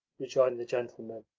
rejoined the gentleman.